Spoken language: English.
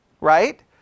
right